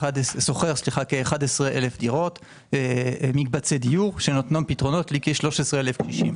שוכר כ-11,000 מקבצי דיור שנותנים פתרונות לכ-13,000 קשישים.